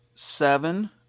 Seven